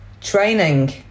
training